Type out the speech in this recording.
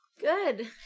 good